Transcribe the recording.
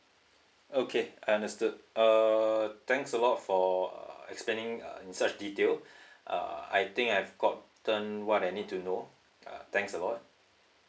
okay I understood uh thanks a lot for uh expanding uh in such detail uh I think I've gotten what I need to know uh thanks a lot